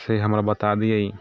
से हमरा बता दिए